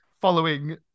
following